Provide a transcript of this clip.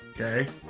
Okay